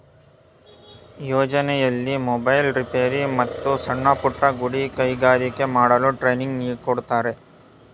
ಯೋಜನೆಯಲ್ಲಿ mobile repair, ಮತ್ತು ಸಣ್ಣಪುಟ್ಟ ಗುಡಿ ಕೈಗಾರಿಕೆ ಮಾಡಲು ಟ್ರೈನಿಂಗ್ ಕೊಡ್ತಾರೆ